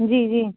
जी जी